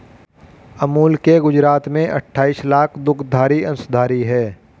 अमूल के गुजरात में अठाईस लाख दुग्धधारी अंशधारी है